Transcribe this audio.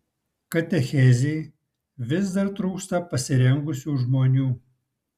katechezei vis dar trūksta pasirengusių žmonių